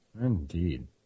Indeed